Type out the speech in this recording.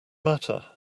matter